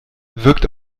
wirkt